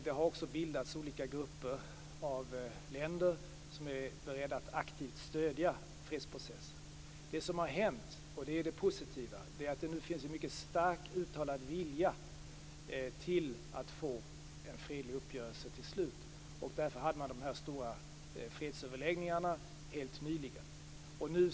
Det har också bildats olika grupper av länder som är beredda att aktivt stödja fredsprocessen. Det positiva är att det nu finns en mycket stark uttalad vilja att få en fredlig uppgörelse till slut. Därför hade man de stora fredsöverläggningarna helt nyligen.